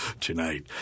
tonight